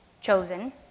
chosen